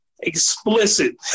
Explicit